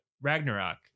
Ragnarok